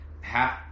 half